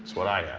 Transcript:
what i yeah